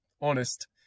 honest